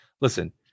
Listen